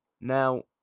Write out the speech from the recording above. Now